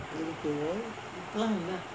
இருக்கு:irukku